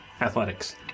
Athletics